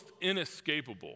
inescapable